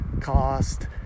cost